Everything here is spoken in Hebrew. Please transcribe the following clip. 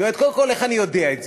קודם כול, איך אני יודע את זה?